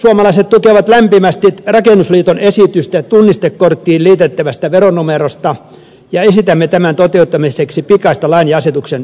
perussuomalaiset tukevat lämpimästi rakennusliiton esitystä tunnistekorttiin liitettävästä veronumerosta ja esitämme tämän toteuttamiseksi pikaista lain ja asetuksen tekemistä